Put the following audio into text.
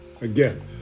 Again